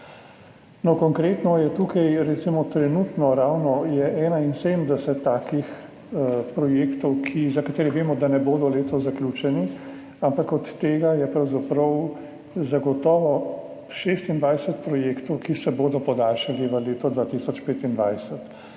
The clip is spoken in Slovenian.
Konkretno je tukaj recimo trenutno ravno 71 takih projektov, za katere vemo, da ne bodo zaključeni letos, ampak od tega je pravzaprav zagotovo 26 projektov, ki se bodo podaljšali v leto 2025.